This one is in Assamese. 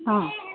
অঁ